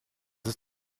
ist